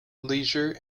leisure